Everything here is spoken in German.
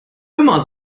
immer